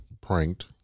pranked